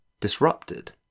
disrupted